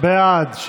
לילדים (תיקון,